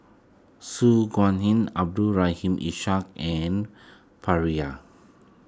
Su Guaning Abdul Rahim Ishak and Pereira